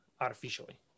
artificially